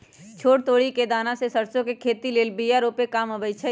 छोट तोरि कें दना से सरसो के खेती लेल बिया रूपे काम अबइ छै